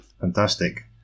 fantastic